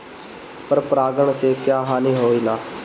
पर परागण से क्या हानि होईला?